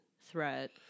threat